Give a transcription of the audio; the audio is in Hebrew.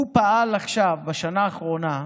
הוא פעל עכשיו, בשנה האחרונה,